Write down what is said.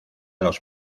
los